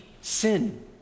sin